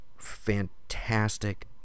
fantastic